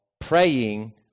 praying